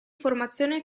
formazione